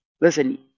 listen